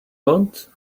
want